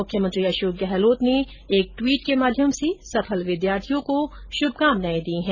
मुख्यमंत्री अशोक गहलोत ने एक ट्वीट के माध्यम से सफल विद्यार्थियों को शुभकामनाएं दी है